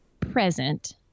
present